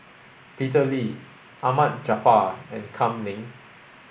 Peter Lee Ahmad Jaafar and Kam Ning